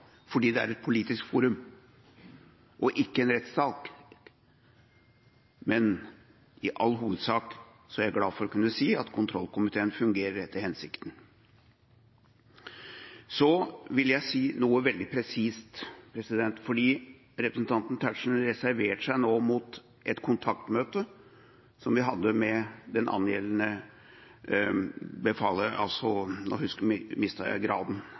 fordi det er et politisk forum og ikke en rettssak, men i all hovedsak er jeg glad for å kunne si at kontrollkomiteen fungerer etter hensikten. Så vil jeg si noe veldig presist: Representanten Tetzschner reserverte seg nå mot et kontaktmøte som vi hadde med det angjeldende befalet. Nå husker jeg ikke graden,